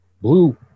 blue